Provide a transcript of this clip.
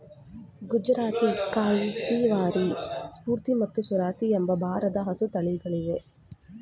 ಗುಜರಾತಿ, ಕಾಥಿಯವಾರಿ, ಸೂರ್ತಿ ಮತ್ತು ಸುರತಿ ಎಂಬ ಭಾರದ ಹಸು ತಳಿಗಳಿವೆ